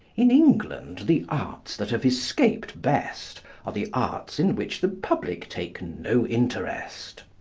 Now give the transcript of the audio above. in england, the arts that have escaped best are the arts in which the public take no interest.